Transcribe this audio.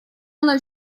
ale